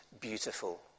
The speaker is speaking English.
beautiful